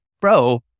bro